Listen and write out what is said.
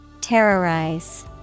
Terrorize